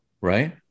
Right